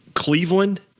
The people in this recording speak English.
Cleveland